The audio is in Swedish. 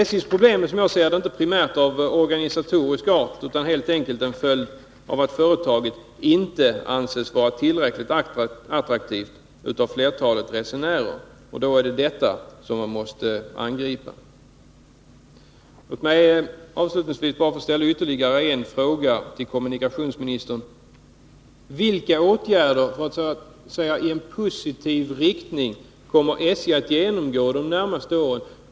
SJ:s problem är, som jag ser det, inte primärt av organisatorisk art utan helt enkelt en följd av att företaget inte anses vara tillräckligt attraktivt av flertalet resenärer. Och då är det detta som man måste angripa. Låt mig avslutningsvis bara ställa ytterligare en fråga till kommunikationsministern: Vilka förändringar i positiv riktning kommer SJ att genomgå de närmaste åren?